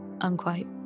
Unquote